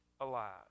alive